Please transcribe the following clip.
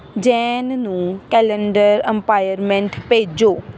ਜੈਨ ਨੂੰ calendar appointment ਭੇਜੋ